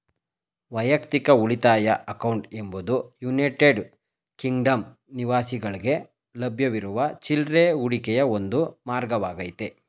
ವೈಯಕ್ತಿಕ ಉಳಿತಾಯ ಅಕೌಂಟ್ ಎಂಬುದು ಯುನೈಟೆಡ್ ಕಿಂಗ್ಡಮ್ ನಿವಾಸಿಗಳ್ಗೆ ಲಭ್ಯವಿರುವ ಚಿಲ್ರೆ ಹೂಡಿಕೆಯ ಒಂದು ಮಾರ್ಗವಾಗೈತೆ